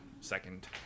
second